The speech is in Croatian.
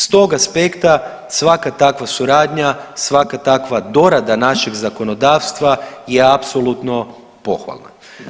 S tog aspekta svaka takva suradnja, svaka takva dorada našeg zakonodavstva je apsolutno pohvalna.